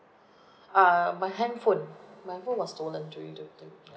err my handphone my phone was stolen during the thing yup